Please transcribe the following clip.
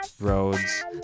roads